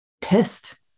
pissed